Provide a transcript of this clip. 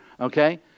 okay